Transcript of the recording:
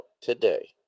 today